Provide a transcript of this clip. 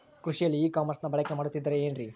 ಕೃಷಿಯಲ್ಲಿ ಇ ಕಾಮರ್ಸನ್ನ ಬಳಕೆ ಮಾಡುತ್ತಿದ್ದಾರೆ ಏನ್ರಿ?